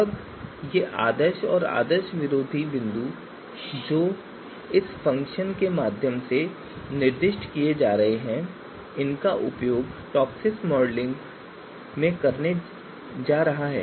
अब ये आदर्श और विरोधी आदर्श बिंदु जो इस फ़ंक्शन के माध्यम से निर्दिष्ट किए जा रहे हैं उनका उपयोग टॉपसिस मॉडलिंग करने के लिए किया जा रहा है